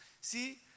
See